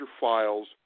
files